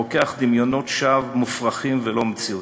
רוקח דמיונות-שווא מופרכים ולא מציאותיים.